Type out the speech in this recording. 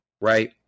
right